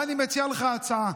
אני מציע לך הצעה.